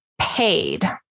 paid